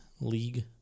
League